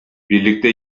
birlikte